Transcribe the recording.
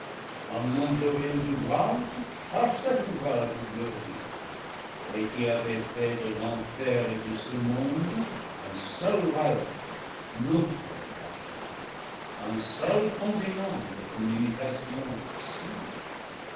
à mon glorieux ouvrage par cet ouvrage glorieux et qui avez fait de l'enfer et de ce monde un seul royaume notre royaume un seul continent de communication facile